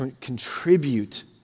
contribute